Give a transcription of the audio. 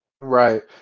Right